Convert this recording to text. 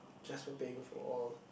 just for paying for all